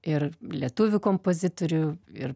ir lietuvių kompozitorių ir